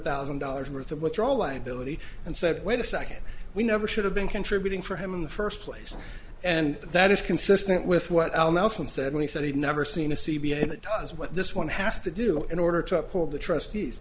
thousand dollars worth of withdrawal liability and said wait a second we never should have been contributing for him in the first place and that is consistent with what al nelson said when he said he'd never seen a c b s does what this one has to do in order to hold the trust